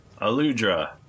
Aludra